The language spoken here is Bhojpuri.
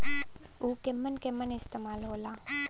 उव केमन केमन इस्तेमाल हो ला?